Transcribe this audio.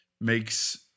makes